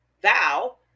thou